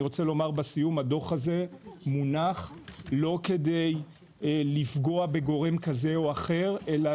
הדוח הזה מונח לא כדי לפגוע בגורם כזה או אחר אלא